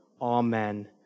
Amen